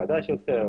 החדש יותר,